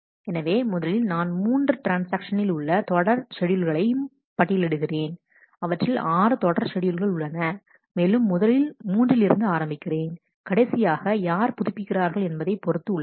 எனவே முதலில் நான் 3 ட்ரான்ஸ்ஆக்ஷன்களில் உள்ள எல்லா தொடர் ஷெட்யூல்களையும் பட்டியலிடுகிறேன் அவற்றில் ஆறு தொடர் ஷெட்யூல்கள் உள்ளன மேலும் முதலில் 3ல் இருந்து ஆரம்பிக்கிறேன் கடைசியாக யார் புதுப்பிக்கிறார்கள் என்பதைப் பொறுத்து உள்ளது